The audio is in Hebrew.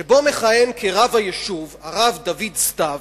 שבו מכהן כרב היישוב הרב דוד סתיו,